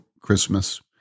Christmas